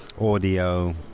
audio